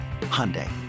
Hyundai